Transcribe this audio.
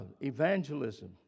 evangelism